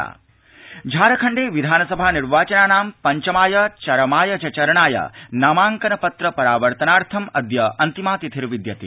झारखण्डम् निर्वाचनानि झारखण्डे विधानसभा निर्वाचनानां पंचमाय चरमाय च चरणाय नामांकन पत्र परावर्तनार्थम् अद्य अन्तिमा तिथि विद्यते